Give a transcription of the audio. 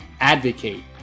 advocate